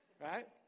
Right